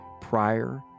prior